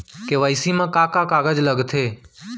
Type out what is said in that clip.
KYC मा का का कागज लगथे?